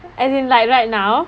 as in like right now